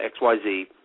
XYZ